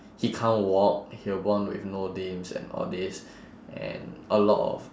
he can't walk he'll born with no limbs and all this and a lot of